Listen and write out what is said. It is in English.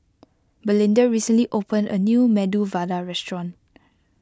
Belinda recently opened a new Medu Vada restaurant